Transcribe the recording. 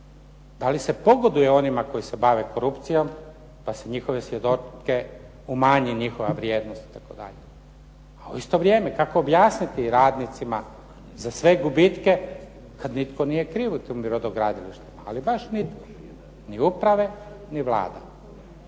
da li se pogoduje onima koji se bave korupcijom pa se njihove svjedoke umanji njihova vrijednost itd. A u isto vrijeme kako objasniti radnicima za sve gubitke kad nitko nije kriv u tim brodogradilištima, ali baš nitko, ni uprave, ni Vlada.